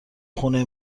خونه